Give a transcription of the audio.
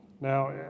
Now